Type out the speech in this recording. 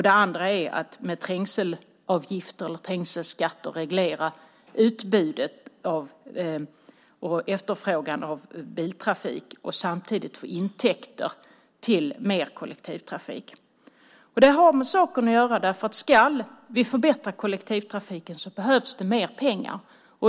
Den andra är att med trängselavgifter reglera utbudet och efterfrågan på biltrafik och samtidigt få intäkter till mer kollektivtrafik. Om vi ska förbättra kollektivtrafiken behövs det mer pengar.